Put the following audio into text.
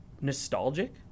nostalgic